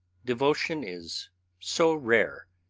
devotion is so rare,